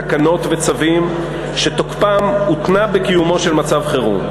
תקנות וצווים שתוקפם הותנה בקיומו של מצב חירום.